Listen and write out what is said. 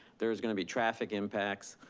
there's gonna be traffic impacts.